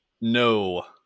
No